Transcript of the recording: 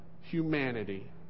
humanity